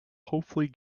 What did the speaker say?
hopefully